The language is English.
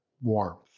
warmth